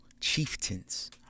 chieftains